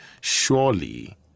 Surely